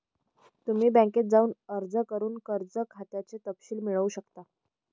तुम्ही बँकेत जाऊन अर्ज करून कर्ज खात्याचे तपशील मिळवू शकता